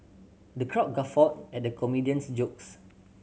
the crowd guffawed at the comedian's jokes